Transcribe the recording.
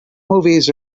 movies